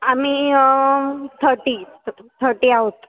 आम्ही थर्टी थ थर्टी आहोत